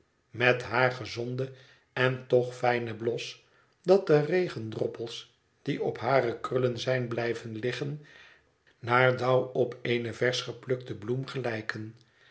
met haar gezonden en toch fijnen blos dat de regendroppels die op hare krullen zijn blijven liggen naar dauw op eene versch geplukte bloem gelijken